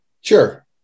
Sure